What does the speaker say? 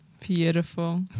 Beautiful